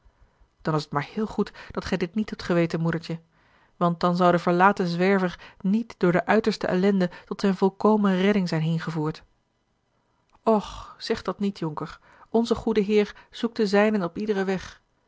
dan is het maar heel goed dat gij dit niet hebt geweten moedertje want dan zou de verlaten zwerver niet door de uiterste ellende tot zijne volkomen redding zijn heengevoerd och zeg dàt niet jonker onze goede heer zoekt de zijnen op iederen weg